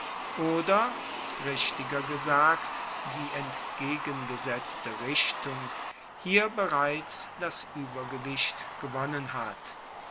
oder richtiger gesagt die entgegengesetzte richtung hier bereits das uebergewicht gewonnen hat